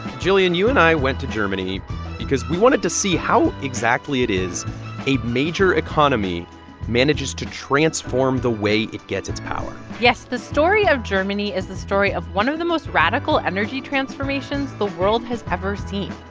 jillian, you and i went to germany because we wanted to see how exactly it is a major economy manages to transform the way it gets its power yes, the story of germany is the story of one of the most radical energy transformations the world has ever seen.